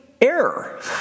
error